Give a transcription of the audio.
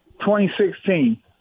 2016